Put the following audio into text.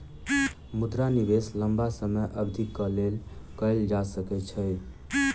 मुद्रा निवेश लम्बा समय अवधिक लेल कएल जा सकै छै